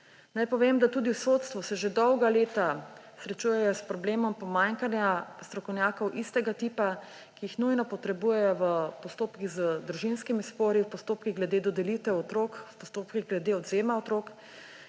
Naj povem, da se tudi v sodstvu že dolga leta srečujejo s problemom pomanjkanja strokovnjakov istega tipa, ki jih nujno potrebujejo v postopkih družinskih sporov, v postopkih glede dodelitve otrok, v postopkih glede odvzema otrok